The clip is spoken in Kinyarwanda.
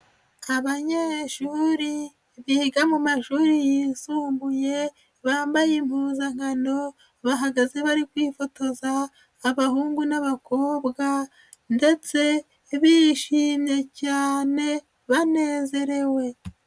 Abanyeshuri biga mu mashuri yisumbuye bambaye impuzankano bahagaze bari kwifotoza abahungu n'abakobwa ndetse bishimye cyane banezerewe.